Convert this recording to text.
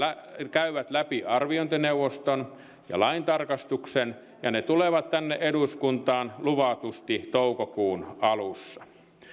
käyvät läpi arviointineuvoston ja laintarkastuksen ja ne tulevat tänne eduskuntaan luvatusti toukokuun alussa